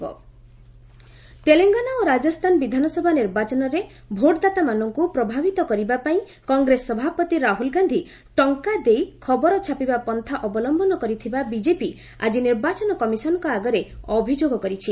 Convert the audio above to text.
BJP ECI Telangana ଓ ରାଜସ୍ଥାନ ବିଧାନସଭା ନିର୍ବାଚନରେ ଭୋଟଦାତାମାନଙ୍କୁ ପ୍ରଭାବିତ କରିବା ପାଇଁ କଂଗ୍ରେସ ସଭାପତି ରାହୁଲ ଗାନ୍ଧୀ ଟଙ୍କା ଦେଇ ଖବର ଛାପିବା ପନ୍ଥା ଅବଲମ୍ଭନ କରିଥିବା ବିଜେପି ଆଜି ନିର୍ବାଚନ କମିଶନଙ୍କ ଆଗରେ ଅଭିଯୋଗ କରିଛି